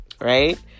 right